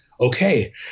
okay